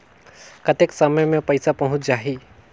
कतेक समय मे पइसा पहुंच जाही?